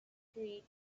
street